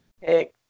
Hey